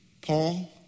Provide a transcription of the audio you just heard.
Paul